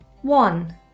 One